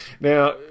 Now